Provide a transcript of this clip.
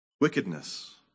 Wickedness